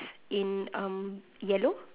in um yellow